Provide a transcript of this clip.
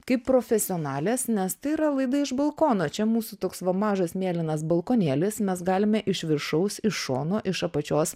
kaip profesionalės nes tai yra laida iš balkono čia mūsų toks va mažas mėlynas balkonėlis mes galime iš viršaus iš šono iš apačios